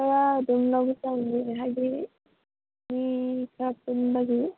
ꯈꯔ ꯑꯗꯨꯝ ꯂꯧꯒꯦ ꯇꯧꯅꯦ ꯍꯥꯏꯗꯤ ꯃꯤ ꯈꯔ ꯄꯨꯟꯕꯒꯤ